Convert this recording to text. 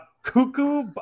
Cuckoo